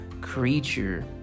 creature